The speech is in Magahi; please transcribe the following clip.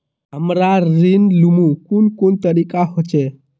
हमरा ऋण लुमू कुन कुन तरीका होचे?